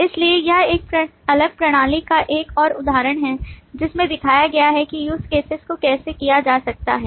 इसलिए यह एक अलग प्रणाली का एक और उदाहरण है जिसमें दिखाया गया है कि use cases को कैसे किया जा सकता है